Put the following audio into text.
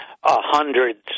hundreds